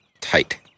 tight